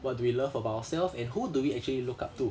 what do we love about ourself and who do we actually look up to